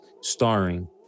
starring